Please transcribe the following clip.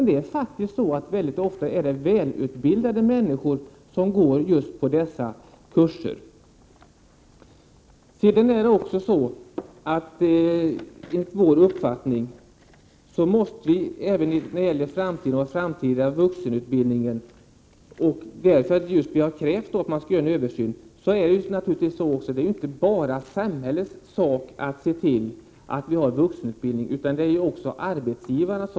Det är faktiskt så, att välutbildade människor mycket ofta går på kurserna. Den framtida vuxenutbildningen — och det är därför som vi har krävt en översyn — är ju inte bara samhällets sak utan också arbetsgivarnas.